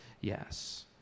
yes